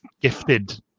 gifted